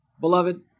beloved